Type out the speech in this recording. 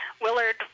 Willard